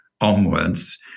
onwards